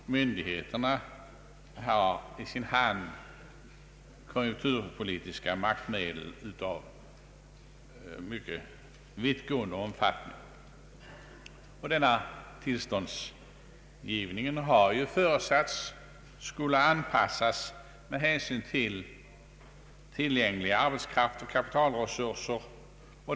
Myndigheterna har i sin hand konjunkturpolitiska maktmedel av mycket vittgående omfattning, och denna tillståndsgivning har föresatts skola anpassas med hänsyn till tillgänglig arbetskraft och kapitalresurser.